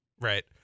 right